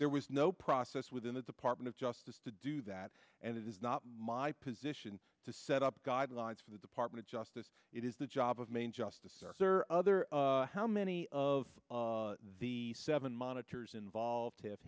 there was no process within the department of justice to do that and it is not my position to set up guidelines for the department of justice it is the job of main justice arthur other how many of the seven monitors involved have